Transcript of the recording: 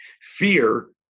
Fear